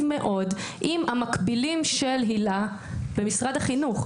מאוד עם המקבילים של היל"ה במשרד החינוך,